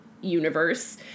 universe